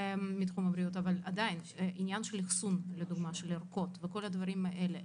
אבל עדיין עניין של אחסון של ערכות וכל הדברים האלה,